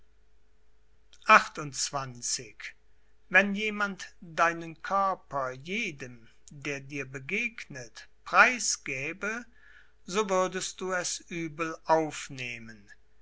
wenn jemand deinen körper jedem der dir begegnet preisgäbe so würdest du es übel aufnehmen